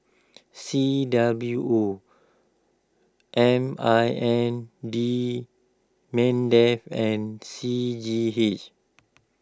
C W O M I N D Mindef and C G H